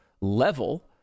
level